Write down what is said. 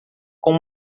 com